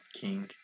King